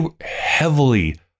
heavily